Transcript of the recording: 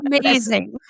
Amazing